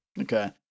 Okay